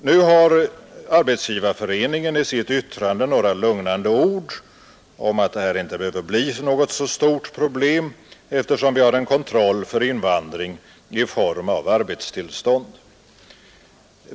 Nu har Arbetsgivareföreningen i sitt yttrande några lugnande ord om att det här inte behöver bli något stort problem, eftersom vi har en kontroll för invandring i form av arbetstillstånd.